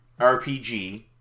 rpg